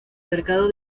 mercado